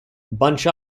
bunch